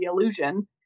illusion